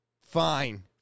Fine